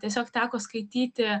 tiesiog teko skaityti